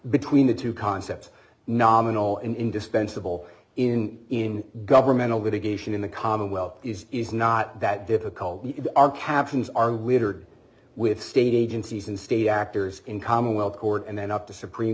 between the two concepts nominal and indispensable in in governmental litigation in the commonwealth is is not that difficult captions are littered with state agencies and state actors in commonwealth court and then up to supreme